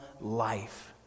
life